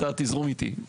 אתה תזרום איתי.